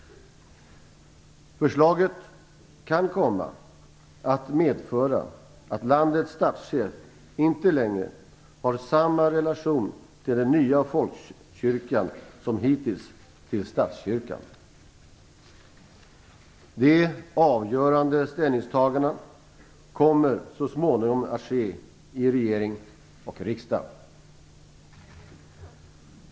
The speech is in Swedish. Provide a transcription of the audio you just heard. Förslaget kan komma att medföra att landets statschef inte längre har samma relation till den nya folkkyrkan som hittills till statskyrkan. De avgörande ställningstagandena kommer så småningom att ske i regering och riksdag.